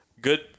good